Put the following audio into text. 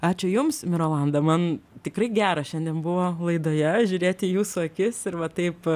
ačiū jums mirolanda man tikrai gera šiandien buvo laidoje žiūrėti į jūsų akis ir va taip